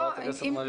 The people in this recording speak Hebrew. חברת הכנסת מריח.